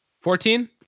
fourteen